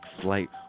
flight